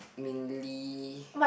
mainly